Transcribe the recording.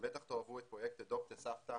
ובטח תאהבו את פרויקט אמץ סבתא